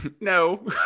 no